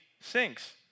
sinks